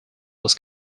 was